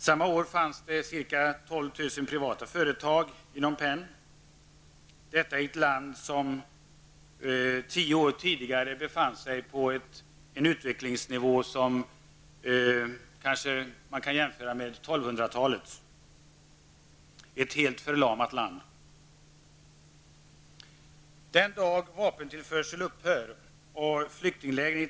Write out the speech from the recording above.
Samma år fanns det ca 12 000 privata företag i Phnom Penh, detta i ett land som tio år tidigare befann sig på en utvecklingsnivå som man kan jämföra med 1200 talets, ett helt förlamat land.